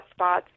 hotspots